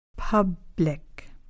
Public